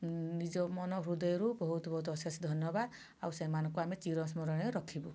ନିଜ ମନ ହୃଦୟରୁ ବହୁତ ବହୁତ ଅଶେଷ ଧନ୍ୟବାଦ ଆଉ ସେମାନଙ୍କୁ ଆମେ ଚିର ସ୍ମରଣୀୟ ରଖିବୁ